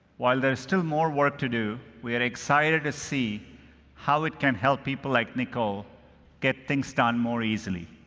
while there's still more work to do, we are excited to see how it can help people like nicole get things done more easily.